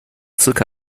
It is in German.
circa